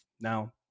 Now